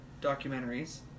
documentaries